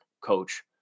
coach